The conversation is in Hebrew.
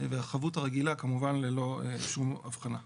עכשיו השאלה היא כמה מבנים עומדים בקריטריון הזה,